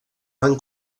van